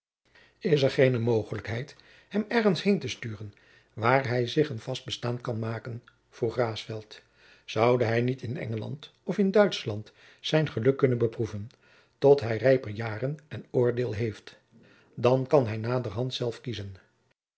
is er geene mogelijkheid hem ergens heen te sturen waar hij zich een vast bestaan kan maken vroeg raesfelt zoude hij niet in engeland of in duitschland zijn geluk kunnen beproeven tot hij rijper jaren en oordeel heeft dan kan hij naderhand zelf kiezen